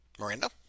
Miranda